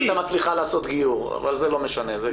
הייתה מצליחה לעשות גיור אבל זה לא משנה.